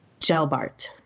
Gelbart